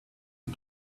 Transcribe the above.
you